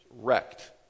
wrecked